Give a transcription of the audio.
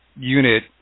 unit